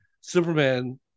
Superman